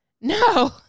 no